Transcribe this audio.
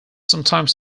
sometimes